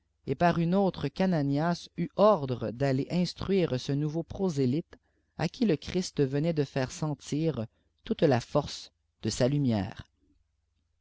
et par une autre qu'ananias eut ordre d'aller instruire ce nouveau prosélyte à qui te christ venait de faire sentir toute la force de sa lumière